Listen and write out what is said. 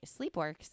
sleepworks